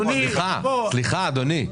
סליחה.